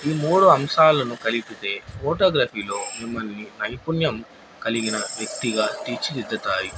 ఈ మూడు అంశాలను కలిపితే ఫోటోగ్రఫీలో మిమ్మల్ని నైపుణ్యం కలిగిన వ్యక్తిగా తీర్చిదిద్దుతాయి